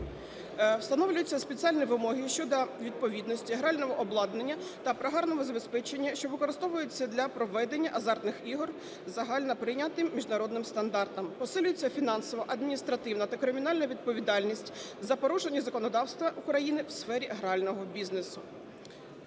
Встановлюються спеціальні вимоги щодо відповідності грального обладнання та програмного забезпечення, що використовуються для проведення азартних ігор загальноприйнятим міжнародним стандартам, посилюється фінансова, адміністративна та кримінальна відповідальність за порушення законодавства України у сфері грального бізнесу.